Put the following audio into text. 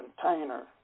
container